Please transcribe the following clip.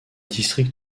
district